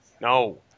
No